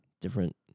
Different